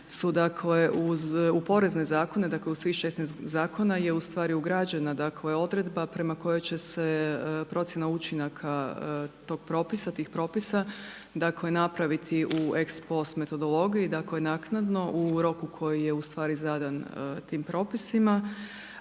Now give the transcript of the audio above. u porezne zakone, dakle u svih 16 zakona je ustvari ugrađena dakle odredba prema kojoj će se procjena učinaka tog propisa, tih propisa dakle napraviti u ex post metodologiji, dakle naknadno u roku koji je u stvari zadan tim propisima,